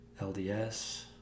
LDS